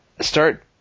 start –